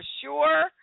sure